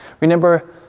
Remember